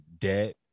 debt